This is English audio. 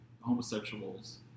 homosexuals